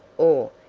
or,